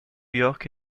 york